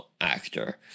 actor